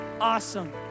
Awesome